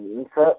जी sir